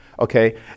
okay